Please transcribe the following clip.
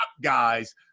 guys